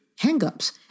hangups